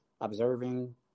observing